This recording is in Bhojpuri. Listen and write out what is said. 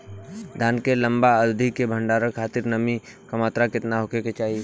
धान के लंबा अवधि क भंडारण खातिर नमी क मात्रा केतना होके के चाही?